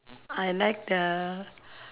I like the